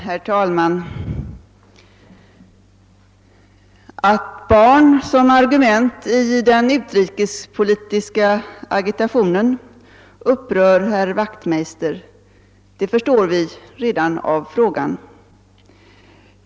Herr talman! Att användandet av barn som argument i den utrikespolitiska agitationen upprör herr Wachtmeister förstår vi redan av frågan.